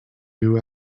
new